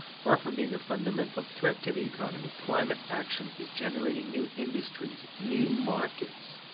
far from being a fundamental threat to the economy, climate action is generating new industries, new markets,